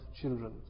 children